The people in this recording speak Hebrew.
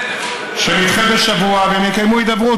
שנדחה בשבוע והם יקיימו הידברות,